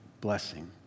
blessing